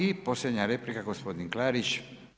I posljednja replika gospodin Klarić.